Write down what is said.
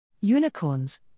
Unicorns